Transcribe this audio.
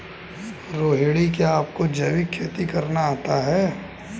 रोहिणी, क्या आपको जैविक खेती करना आता है?